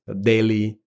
daily